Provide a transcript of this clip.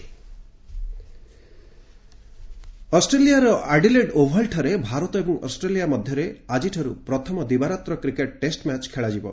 cricket ଅଷ୍ଟେଲିଆର Adelaide ଓଭାଲ୍ଠାରେ ଭାରତ ଏବଂ ଅଷ୍ଟ୍ରେଲିଆ ମଧ୍ୟରେ ଆଜିଠାରୁ ପ୍ରଥମ ଦିବାରାତ୍ର କ୍ରିକେଟ୍ ଟେଷ୍ଟ ମ୍ୟାଚ୍ ଖେଳାଯିବ